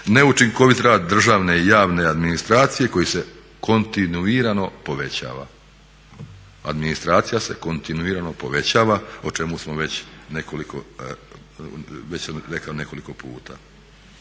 neučinkovit rad državne i javne administracije koji se kontinuirano povećava. Administracija se kontinuirano povećava, o čemu smo već sam rekao nekoliko puta.